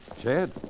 Chad